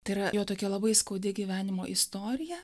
tai yra jo tokia labai skaudi gyvenimo istorija